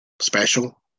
special